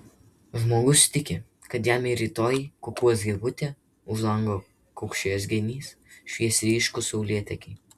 žmogus tiki kad jam ir rytoj kukuos gegutė už lango kaukšės genys švies ryškūs saulėtekiai